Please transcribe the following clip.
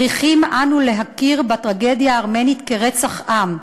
צריכים אנו להכיר בטרגדיה הארמנית כרצח עם.